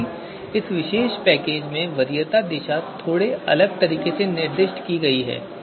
हालाँकि इस विशेष पैकेज में वरीयता दिशा थोड़े अलग तरीके से निर्दिष्ट की गई है